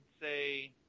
say